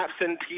absentee